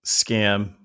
scam